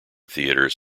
theatres